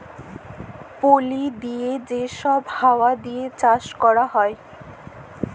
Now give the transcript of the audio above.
পলি দিঁয়ে যে ছব হাউয়া দিঁয়ে চাষ ক্যরা হ্যয়